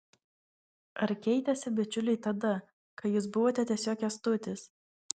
ar keitėsi bičiuliai tada kai jūs buvote tiesiog kęstutis